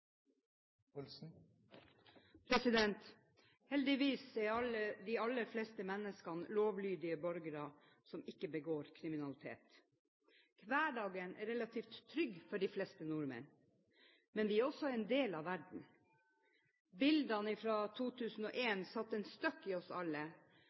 minutter. Heldigvis er de aller fleste menneskene lovlydige borgere som ikke begår kriminalitet. Hverdagen er relativt trygg for de fleste nordmenn, men vi er også en del av verden. Bildene fra 2001 satte en støkk i